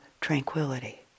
tranquility